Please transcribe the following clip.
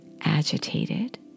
agitated